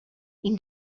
این